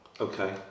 Okay